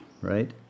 right